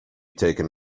taken